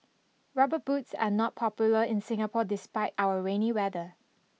rubber boots are not popular in Singapore despite our rainy weather